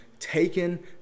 taken